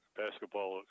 basketball